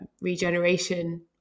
regeneration